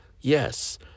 yes